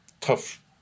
tough